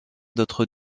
d’autres